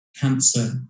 cancer